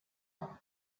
mecca